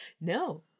No